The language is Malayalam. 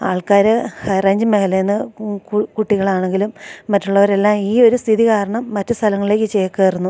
ആൾക്കാർ ഹൈ റേഞ്ച് മേഖലയിൽ നിന്ന് കു കുട്ടികളാണെങ്കിലും മറ്റുള്ളവരെല്ലാം ഈ ഒരു സ്ഥിതി കാരണം മറ്റ് സ്ഥലങ്ങളിലേക്ക് ചേക്കേറുന്നു